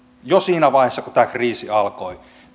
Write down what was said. jo siinä vaiheessa kun tämä kriisi alkoi